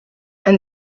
and